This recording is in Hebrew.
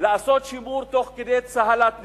לעשות שימור תוך כדי צהלת ניצחון.